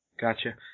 Gotcha